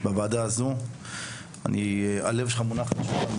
בוועדה הזו ובדיונים מהסוג הזה בהם הלב שלך מונח על השולחן.